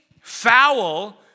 foul